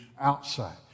outside